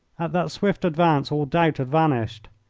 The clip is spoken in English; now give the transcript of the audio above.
that swift advance all doubt had vanished.